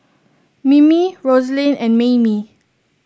Mimi Rosaline and Maymie